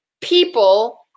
people